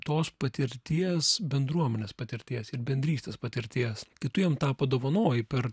tos patirties bendruomenės patirties ir bendrystės patirties kai tu jam tą padovanojai per